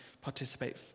participate